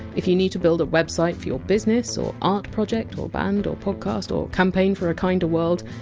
if you need to build a website for your business or art project or band or podcast or campaign for a kinder world,